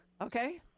okay